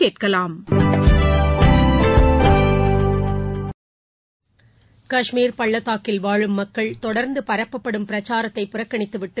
கஷ்மீர் பள்ளத்தாக்கில் வாழும் மக்கள் தொடர்ந்துபரப்பப்படும் பிரச்சாரத்தை புறக்கணித்துவிட்டு